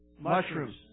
Mushrooms